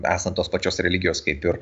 esant tos pačios religijos kaip ir